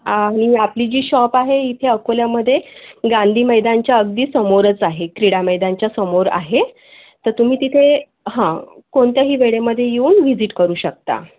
आणि आपली जी शॉप आहे इथे अकोल्यामध्ये गांधी मैदानच्या अगदी समोरच आहे क्रीडा मैदानच्यासमोर आहे तर तुम्ही तिथे हां कोणत्याही वेळेमध्ये येऊन व्हिजिट करू शकता